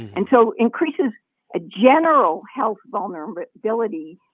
and so increases a general health vulnerability,